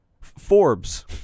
Forbes